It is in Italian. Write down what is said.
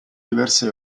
diverse